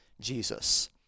Jesus